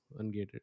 ungated